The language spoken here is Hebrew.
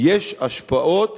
יש השפעות